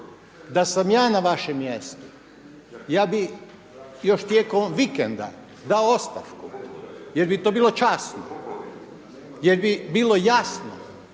Da sam ja na vašem mjestu ja bih još tijekom ovog vikenda dao ostavku jer bi to bilo časno, jer bi bilo jasno